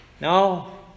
No